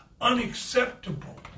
unacceptable